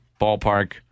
ballpark